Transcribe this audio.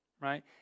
Right